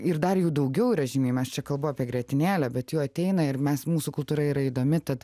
ir dar jų daugiau yra žymiai mes čia kalbu apie grietinėlę bet jų ateina ir mes mūsų kultūra yra įdomi tad